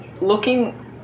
looking